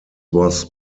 was